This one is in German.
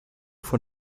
von